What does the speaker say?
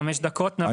חמש דקות שנבין שנייה.